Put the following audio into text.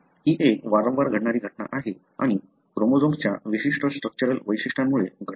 ही एक वारंवार घडणारी घटना आहे आणि क्रोमोझोमच्या विशिष्ट स्ट्रक्चरल वैशिष्ट्यांमुळे घडते